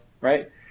right